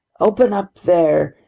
open up there,